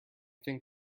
think